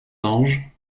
anges